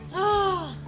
oh!